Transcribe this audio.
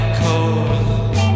cold